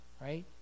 right